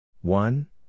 One